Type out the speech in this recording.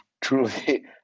truly